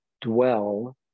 dwell